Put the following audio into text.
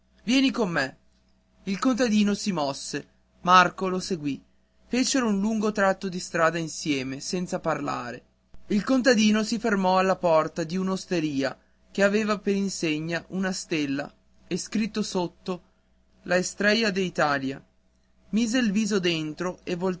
vieni con me il contadino si mosse marco lo seguì fecero un lungo tratto di strada insieme senza parlare il contadino si fermò alla porta d'un'osteria che aveva per insegna una stella e scritto sotto la estrella de italia mise il viso dentro